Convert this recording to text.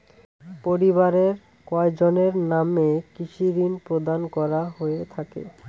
পরিবারের কয়জনের নামে কৃষি ঋণ প্রদান করা হয়ে থাকে?